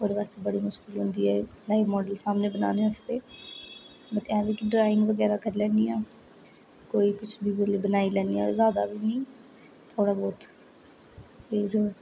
ओहदे बास्तै बड़ी मुश्किल होंदी ऐ लाइव माॅडल सामने बनाने आस्तै में बी ड्राइंग बगैरा करी लेन्नी आं कोई किश बी लब्भे बनाई लैन्नी आं ज्यादा ते नेईं थोह्ड़ा बहुत फिर